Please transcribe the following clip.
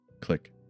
Click